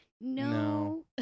No